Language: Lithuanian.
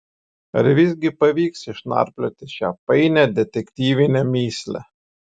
ar visgi pavyks išnarplioti šią painią detektyvinę mįslę